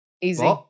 easy